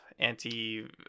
anti